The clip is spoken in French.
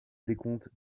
décompte